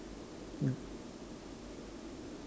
ya